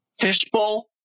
fishbowl